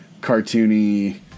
cartoony